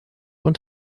und